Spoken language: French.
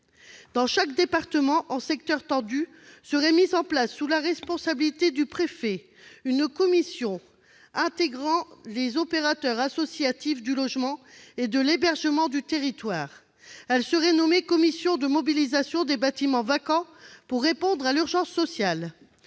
Dans chaque département en secteur tendu serait mise en place, sous la responsabilité du préfet, une commission intégrant les opérateurs associatifs du logement et de l'hébergement du territoire. Elle serait intitulée « commission de mobilisation des bâtiments vacants pour répondre à l'urgence sociale